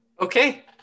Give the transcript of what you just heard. Okay